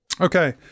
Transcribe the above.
Okay